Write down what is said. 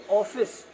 office